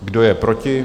Kdo je proti?